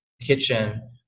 kitchen